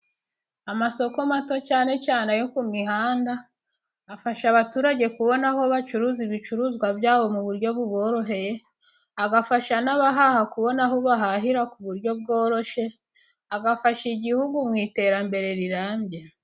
Amasoko mato cyane cyane ayo ku mihanda afasha abaturage kubona aho bacuruza ibicuruzwa byabo mu buryo buboroheye , agafasha n'abahaha kubona aho bahahira ku buryo bworoshye, agafasha igihugu mu iterambere rirambye.